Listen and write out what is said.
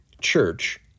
church